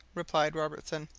replied robertson.